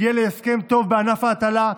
הגיע להסכם טוב בענף ההטלה,